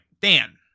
Dan